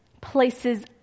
places